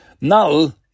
Null